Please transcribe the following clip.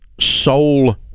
soul